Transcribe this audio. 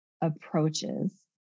approaches